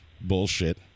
bullshit